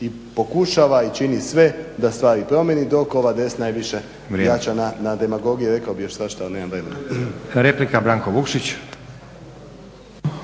i pokušava i čini sve da … promijeni …, desna je više jača na demagogiji. Rekao bih još svašta, ali nemam vremena. **Stazić,